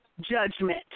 judgment